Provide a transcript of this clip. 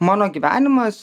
mano gyvenimas